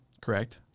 Correct